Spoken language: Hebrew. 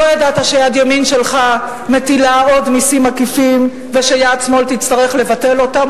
לא ידעת שיד ימין שלך מטילה עוד מסים עקיפים ושיד שמאל תצטרך לבטל אותם,